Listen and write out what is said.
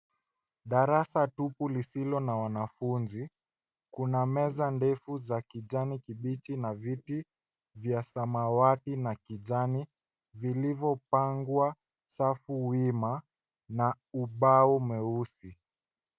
Darasa tupu lisilo na wanafunzi. Kuna meza ndefu za kijani kibichi na viti vya samawati na kijani, vilivyopangwa safu wima na ubao mweusi.